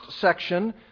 section